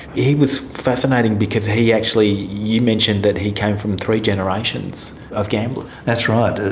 he was fascinating because he actually, you mentioned that he came from three generations of gamblers. that's right,